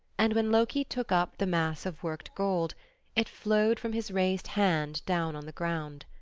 and when loki took up the mass of worked gold it flowed from his raised hand down on the ground.